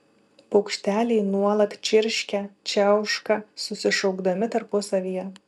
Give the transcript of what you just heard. paukšteliai nuolat čirškia čiauška susišaukdami tarpusavyje